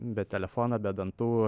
be telefono be dantų